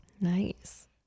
Nice